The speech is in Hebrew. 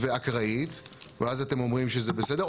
ואקראית ואז אתם אומרים שזה בסדר,